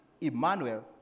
Emmanuel